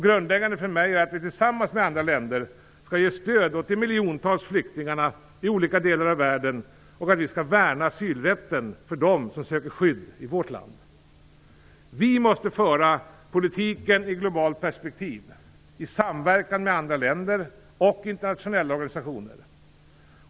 Grundläggande för mig är att vi tillsammans med andra länder skall ge stöd åt de miljontals flyktingar som finns i olika delar av världen och att vi skall värna asylrätten för dem som söker skydd i vårt land. Vi måste föra politiken i ett globalt perspektiv i samverkan med andra länder och internationella organisationer.